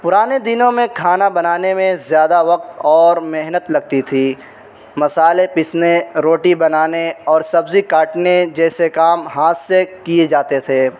پرانے دنوں میں کھانا بنانے میں زیادہ وقت اور محنت لگتی تھی مسالے پیسنے روٹی بنانے اور سبزی کاٹنے جیسے کام ہاتھ سے کیے جاتے تھے